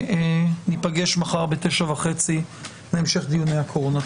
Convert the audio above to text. וניפגש מחר ב-09:30 להמשך דיוני הקורונה.